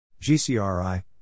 GCRI